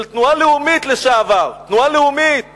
של תנועה לאומית לשעבר, תנועה לאומית